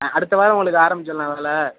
ஆ அடுத்த வாரம் உங்களுக்கு ஆரம்பிச்சிடலாம் இல்லை